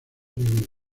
una